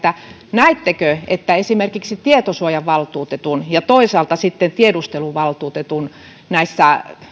näettekö että esimerkiksi tietosuojavaltuutetun ja toisaalta sitten tiedusteluvaltuutetun